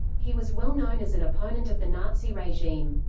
he was well known as an opponent of the nazi regime.